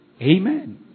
Amen